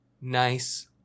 nice